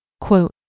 Quote